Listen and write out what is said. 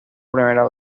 primera